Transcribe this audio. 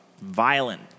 violent